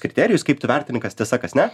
kriterijus kaip tu vertini kas tiesa kas ne